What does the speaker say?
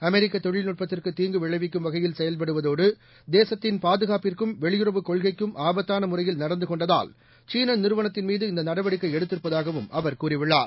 அமெரிக்கதொழில்நுட்பத்திற்குதீங்கு விளைவிக்கும் வகையில் செயல்படுவதோடு தேசத்தின் பாதுகாப்பிற்கும் வெளியுறவுக் நடந்தகொண்டதால் ஆபத்தானமுறையில் சீனநிறுவனத்தின்மீது இந்தநடவடிக்கைஎடுத்திருப்பதாகவும் அவர் கூறியுள்ளார்